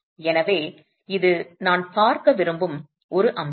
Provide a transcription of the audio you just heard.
எனவே இது நான் பார்க்க விரும்பும் ஒரு அம்சம்